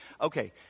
Okay